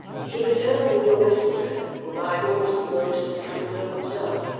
he returned with your messenger, who arrived almost at the moment of his coming home himself.